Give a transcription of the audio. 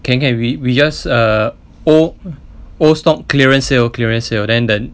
can can we we just err old old stock clearance sale clearance sale then then